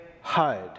hide